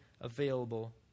available